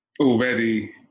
already